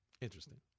Interesting